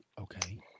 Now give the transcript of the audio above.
Okay